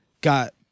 got